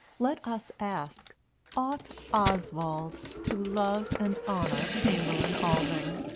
let us ask ought oswald to love and honour chamberlain alving?